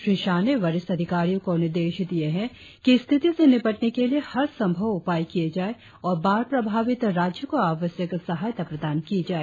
श्री शाह ने वरिष्ठ अधिकारियों को निर्देश दिए हैं कि स्थिति से निपटने के लिए हरसंभव उपाय किए जाएं और बाढ़ प्रभावित राज्यों को आवश्यक सहायता प्रदान की जाए